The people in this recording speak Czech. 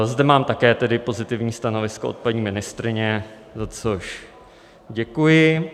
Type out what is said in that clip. Zde mám také pozitivní stanovisko od paní ministryně, za což děkuji.